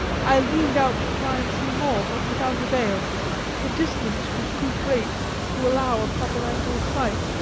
i leaned out to try and see more, but without avail the distance was too great to allow a proper angle of sight.